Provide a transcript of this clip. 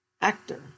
actor